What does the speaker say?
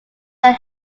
are